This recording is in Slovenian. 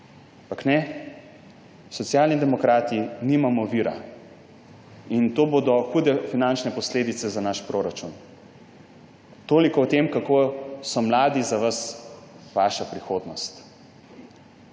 Ampak ne, Socialni demokrati pravijo, da nimamo vira. In to bodo hude finančne posledice za naš proračun. Toliko o tem, kako so mladi za vas vaša prihodnost.